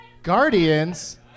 Guardians